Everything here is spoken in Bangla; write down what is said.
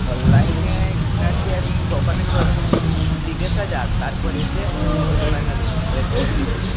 অনলাইনে কেনার চেয়ে দোকানে চল জিজ্ঞাসা তো যাক তারপর এসে অনলাইনে নেব আগে দোকানে দেখে আসি